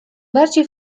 bardziej